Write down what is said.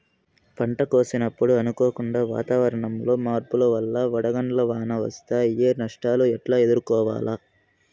పంట కోసినప్పుడు అనుకోకుండా వాతావరణంలో మార్పుల వల్ల వడగండ్ల వాన వస్తే అయ్యే నష్టాలు ఎట్లా ఎదుర్కోవాలా?